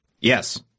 Yes